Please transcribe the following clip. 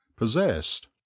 possessed